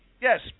yes